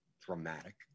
dramatic